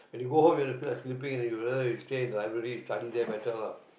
when you go home you want to feel like sleeping and then you realise stay in the library study there better lah